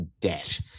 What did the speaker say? debt